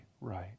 right